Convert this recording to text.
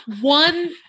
one